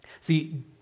See